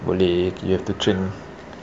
boleh okay you have to train